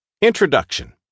Introduction